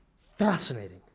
Fascinating